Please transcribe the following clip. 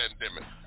pandemic